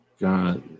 got